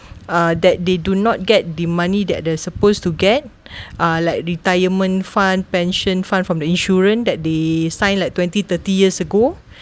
uh that they do not get the money that they are supposed to get uh like retirement fund pension fund from the insurance that they sign like twenty thirty years ago